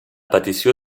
petició